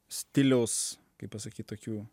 stiliaus kaip pasakyt tokių